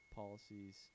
policies